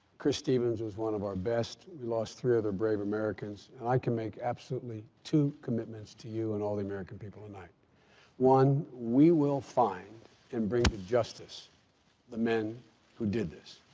chris stevens was one of our best. we lost three other brave americans. and i can make absolutely two commitments to you and all of the american people tonight one, we will find and bring to justice the men who did this.